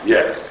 Yes